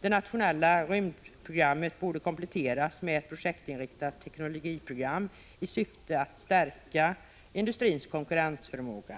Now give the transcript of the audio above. Det nationella rymdprogrammet borde kompletteras med ett projektinriktat teknologiprogram i syfte att stärka industrins konkurrensförmåga.